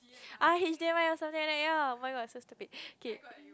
!ah! H_D_M_I or something like that ya oh-my-god I so stupid K